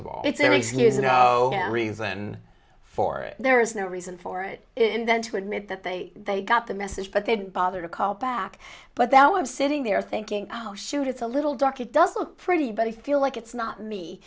everything there is no reason for there is no reason for it and then to admit that they they got the message but they didn't bother to call back but then i was sitting there thinking oh shoot it's a little dark it does look pretty but i feel like it's not me